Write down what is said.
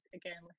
again